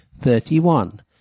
Thirty-one